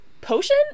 potion